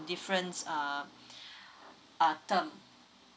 different uh uh term